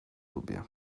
lubię